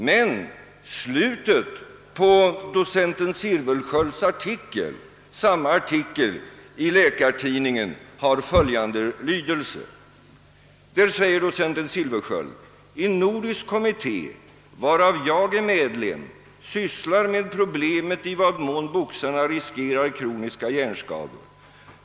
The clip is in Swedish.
Men slutet på docenten Silfverskiölds artikel i Läkartidningen har följande lydelse: »En nordisk kommitté, varav jag är medlem, sysslar med problemet i vad mån boxarna riskerar kroniska hjärnskador.